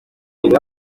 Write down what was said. hamwe